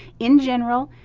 in general,